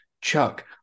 Chuck